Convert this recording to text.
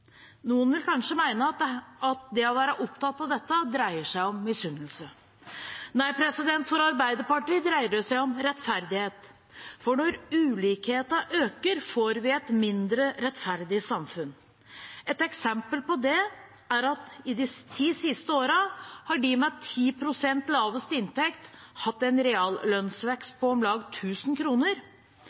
Noen vil kanskje mene at det å være opptatt av dette, dreier seg om misunnelse. Nei, for Arbeiderpartiet dreier det seg om rettferdighet, for når ulikheten øker, får vi et mindre rettferdig samfunn. Et eksempel på det er at de ti siste årene har de med 10 pst. lavest inntekt hatt en reallønnsvekst på om lag